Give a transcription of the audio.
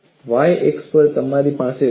Y અક્ષ પર તમારી પાસે ઊર્જા છે